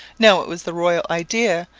now it was the royal idea,